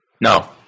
No